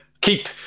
keep